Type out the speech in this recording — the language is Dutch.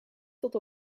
tot